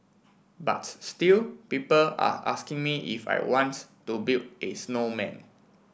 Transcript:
but still people are asking me if I want to build a snowman